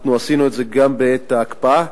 אנחנו עשינו את זה גם בעת ההקפאה,